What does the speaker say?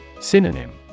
Synonym